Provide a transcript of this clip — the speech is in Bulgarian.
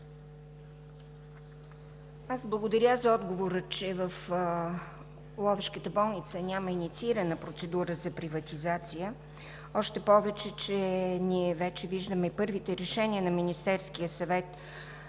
Благодаря за отговора, че в Ловешката болница няма инициирана процедура за приватизация, още повече че ние вече виждаме първите решения на Министерския съвет